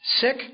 Sick